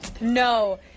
No